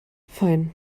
fein